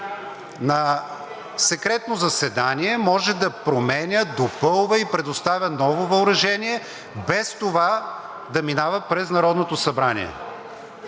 на секретно заседание може да променя, допълва и предоставя ново въоръжение, без това да минава през Народното събрание.